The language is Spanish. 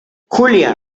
julia